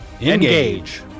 Engage